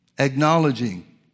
acknowledging